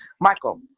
Michael